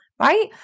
right